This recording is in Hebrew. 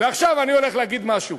ועכשיו אני הולך להגיד משהו: